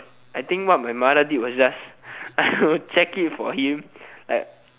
I think what my mother did was just I will check it for him I